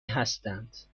هستند